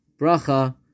Bracha